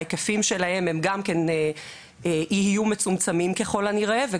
ההיקפים שלהם יהיו ככל הנראה מצומצמים,